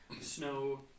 snow